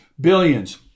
billions